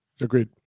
Agreed